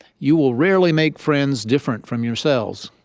you will rarely make friends different from yourselves.